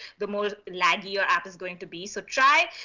the more lag your app is going to be. so try.